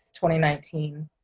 2019